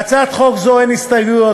להצעת חוק זו אין הסתייגויות,